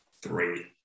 three